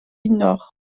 nord